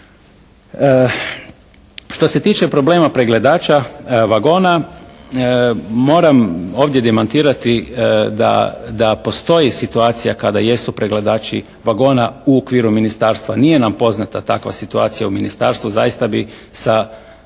Što se tiče problema pregledača vagona moram ovdje demantirati da postoji situacija kada jesu pregledači vagona u okviru ministarstva. Nije nam poznata takva situacija u ministarstvu, zaista bi sa